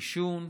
עישון,